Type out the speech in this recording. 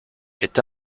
est